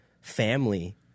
family